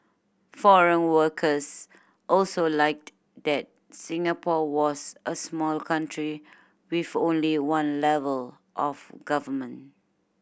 foreign workers also liked that Singapore was a small country with only one level of government